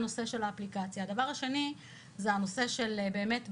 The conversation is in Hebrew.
נושא שני הוא באר שבע.